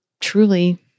truly